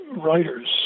Writers